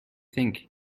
think